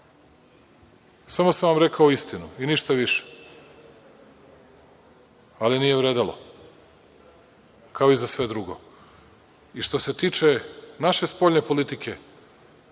Samo sam vam rekao istinu i ništa više, ali nije vredelo, kao i za sve drugo. Što se tiče naše spoljne politike,